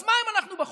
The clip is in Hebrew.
אז מה אם אנחנו בחוץ?